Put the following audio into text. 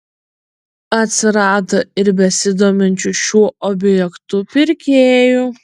atsirado ir besidominčių šiuo objektu pirkėjų